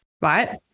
right